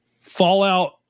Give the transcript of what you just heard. Fallout